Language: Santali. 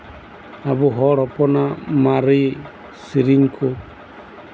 ᱟᱵᱚ ᱦᱚᱲ ᱦᱚᱯᱚᱱᱟᱜ ᱢᱟᱨᱮ ᱥᱮᱨᱮᱧ ᱠᱚ